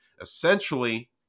Essentially